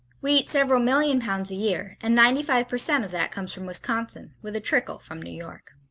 we eat several million pounds a year and ninety five percent of that comes from wisconsin, with a trickle from new york.